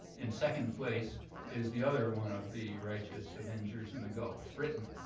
in second place is the other one of the righteous avengers in the gulf, britain,